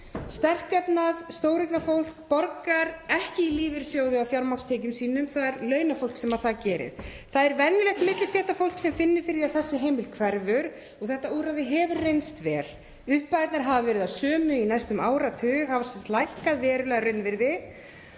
Sterkefnað stóreignafólk borgar ekki í lífeyrissjóði af fjármagnstekjum sínum. Það er launafólk sem það gerir. Það er venjulegt millistéttarfólk sem finnur fyrir því að þessi heimild hverfi og þetta úrræði hefur reynst vel. Upphæðirnar hafa verið þær sömu í næstum áratug, hafa sem sagt lækkað verulega að raunvirði,